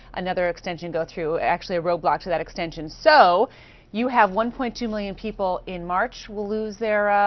another extension go through. actually a roadblock to that extension. so you have one point two million people in march will lose their ah,